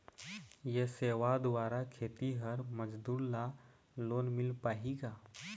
ये सेवा द्वारा खेतीहर मजदूर ला लोन मिल पाही का?